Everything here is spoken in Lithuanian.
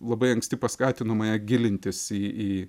labai anksti paskatino mane gilintis į